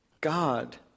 God